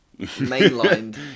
mainlined